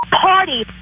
party